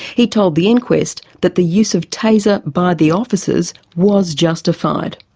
he told the inquest that the use of taser by the officers was justified.